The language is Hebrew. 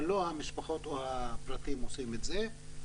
לא המשפחות או הפרטים עושים את זה.